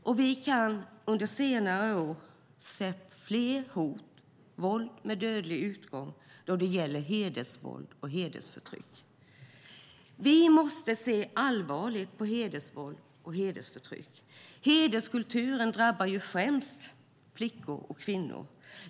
Under senare år har vi sett hur hedersrelaterat förtryck och våld med dödlig utgång och hedersrelaterade hot har ökat. Vi måste se allvarligt på hedersvåld och hedersförtryck. Hederskulturen drabbar främst flickor och kvinnor.